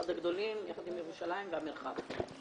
אחד הגדולים יחד עם ירושלים והמרחב.